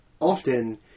often